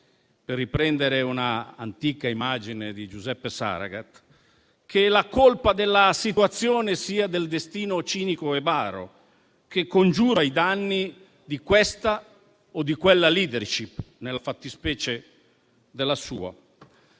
per riprendere un'antica immagine di Giuseppe Saragat - che la colpa della situazione sia del destino cinico e baro che congiura ai danni di questa o di quella *leadership*, nella fattispecie della sua.